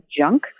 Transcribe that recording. junk